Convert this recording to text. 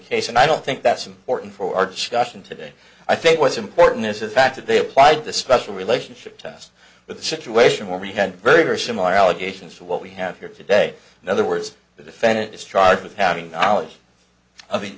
case and i don't think that's important for our discussion today i think what's important is the fact that they applied the special relationship to but the situation where we had very very similar allegations to what we have here today in other words the defendant is charged with having knowledge of the